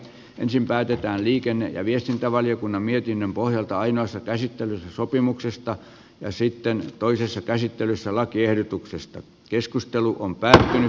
ensin päätetään liikenne ja viestintävaliokunnan mietinnön pohjalta ainoassa käsittelyssä sopimuksesta ja sitten toisessa käsittelyssä lakiehdotuksesta keskustelu kun pärjää